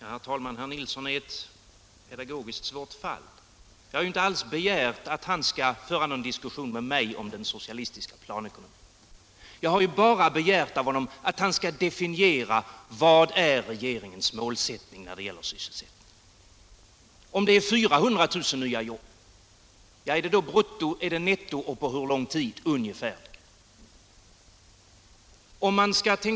Herr talman! Herr Nilsson är ett pedagogiskt svårt fall. Jag har ju inte alls begärt att han skall föra någon diskussion med mig om den socialistiska planekonomin utan bara begärt att han skall definiera regeringens mål när det gäller sysselsättningen. Är målet 400 000 nya jobb, ja, är det då brutto eller netto, och hur lång tid skall tillskapandet av dessa nya arbeten ungefärligen kräva?